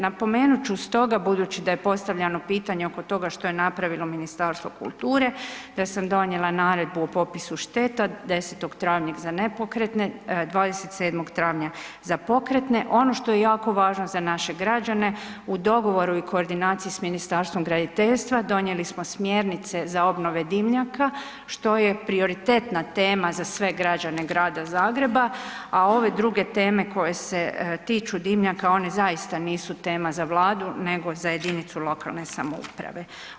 Napomenut ću stoga, budući da je postavljano pitanje oko toga što je napravilo Ministarstvo kulture, da sam donijela naredbu o popisu šteta 10. travnja za nepokretne, 27. travnja za pokretne, ono što je jako važno za naše građane, u dogovoru i koordinaciji s Ministarstvom graditeljstva donijeli smo smjernice za obnove dimnjaka što je prioritetna tema za sve građane Grada Zagreba, a ove druge teme koje se tiču dimnjaka one zaista nisu tema za Vladu nego za jedinicu lokalne samouprave.